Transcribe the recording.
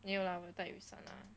没有 lah 我的 bag 有伞